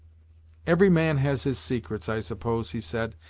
every man has his secrets, i suppose, he said,